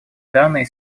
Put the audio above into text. данные